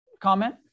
comment